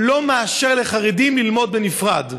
לא מאשר ללמוד בנפרד.